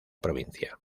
provincia